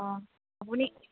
অঁ আপুনি